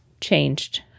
changed